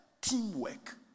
teamwork